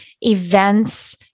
events